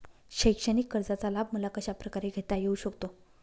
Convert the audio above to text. शैक्षणिक कर्जाचा लाभ मला कशाप्रकारे घेता येऊ शकतो?